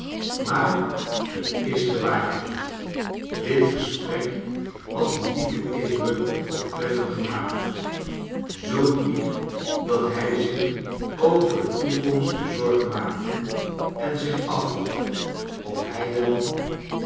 maar t is de waarheid dit gesprek had een diepen indruk op clennam gernaakt zoo diep dat hij zich over de toekomst bezorgd maakte en zich afvroeg of hij wel